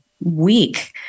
week